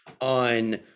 on